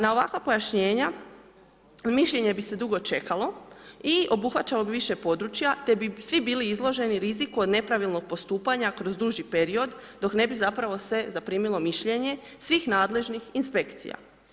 Na ovakva pojašnjenja mišljenje bi se dugo čekalo i obuhvaćalo bi više područja te bi svi bili izloženi riziku od nepravilnog postupanja kroz duži period, dok ne bi zapravo se zaprimilo mišljenje svih nadležnih inspekcija.